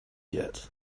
yet